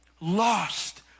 Lost